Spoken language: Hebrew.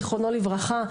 זיכרונו לברכה,